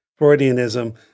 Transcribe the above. Freudianism